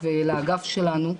ולאגף שלנו,